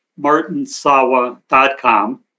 martinsawa.com